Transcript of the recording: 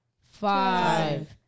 Five